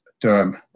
Term